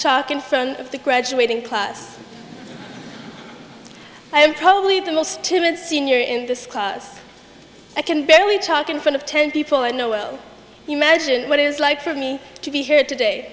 talk in front of the graduating class i am probably the most timid senior in this class i can barely talk in front of ten people i know well imagine what it is like for me to be here today